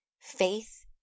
faith